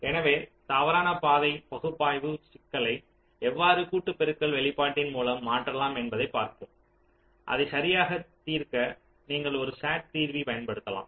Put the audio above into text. எனவே தவறான பாதை பகுப்பாய்வு சிக்கலை எவ்வாறு கூட்டு பெருக்கல் வெளிப்பாட்டின் மூலம் மாற்றலாம் என்பதைப் பார்ப்போம் அதை சரியாக தீர்க்க நீங்கள் ஒரு SAT தீர்வி பயன்படுத்தலாம்